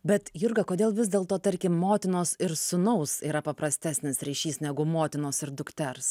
bet jurga kodėl vis dėlto tarkim motinos ir sūnaus yra paprastesnis ryšys negu motinos ir dukters